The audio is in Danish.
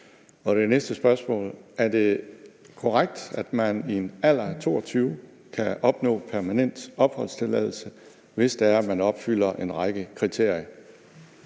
Og det næste spørgsmål er: Er det korrekt, at man i en alder af 22 år kan opnå permanent opholdstilladelse, hvis det er, man opfylder en række kriterier?